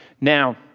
Now